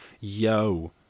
Yo